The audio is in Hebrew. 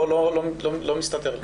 לא מסתדר לי.